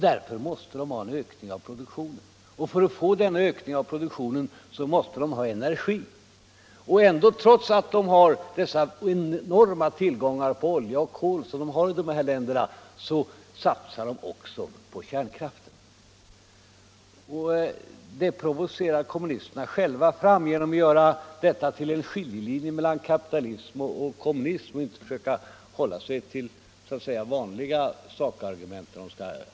Därför måste de ha en ökning av produktionen, och för att få en ökning av produktionen måste de ha energi. Och trots att dessa länder har sina enorma tillgångar av olja och kol satsar de också på kärnkraften. Det här provocerar kommunisterna själva fram genom att göra detta till en skiljelinje mellan kapitalism och kommunism i stället för att hålla sig till de vanliga sakargumenten.